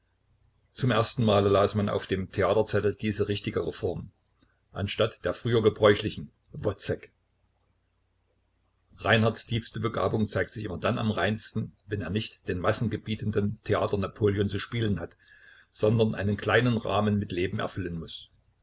zum ersten male las man auf dem theaterzettel diese richtigere form anstatt der früher gebräuchlichen wozzek reinhardts tiefste begabung zeigt sich immer dann am reinsten wenn er nicht den massengebietenden theater-napoleon zu spielen hat sondern einen kleinen rahmen mit leben erfüllen muß